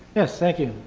yes, thank you.